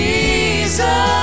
Jesus